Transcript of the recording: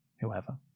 whoever